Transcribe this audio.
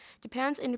Japan's